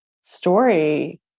story